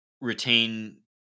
retain